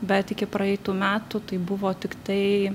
bet iki praeitų metų tai buvo tiktai